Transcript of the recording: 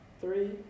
three